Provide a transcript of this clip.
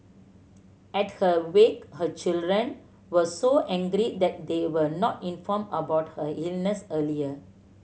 at her wake her children were so angry that they were not informed about her illness earlier